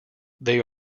they